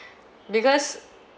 because